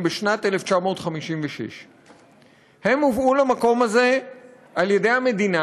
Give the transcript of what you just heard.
בשנת 1956. הם הובאו למקום הזה על-ידי המדינה.